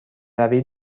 روی